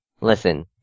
Listen